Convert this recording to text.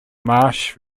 marsh